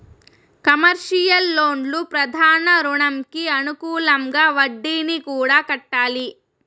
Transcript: commercial లోన్లు ప్రధాన రుణంకి అనుకూలంగా వడ్డీని కూడా కట్టాలి